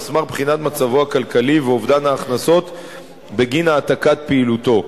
על סמך בחינת מצבו הכלכלי ואובדן ההכנסות בגין העתקת פעילותו.